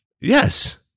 Yes